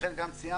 לכן גם ציינו